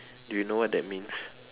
do you know what that means